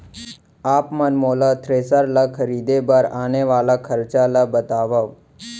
आप मन मोला थ्रेसर ल खरीदे बर आने वाला खरचा ल बतावव?